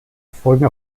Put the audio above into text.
folgen